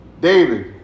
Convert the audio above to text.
David